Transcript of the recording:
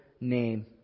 name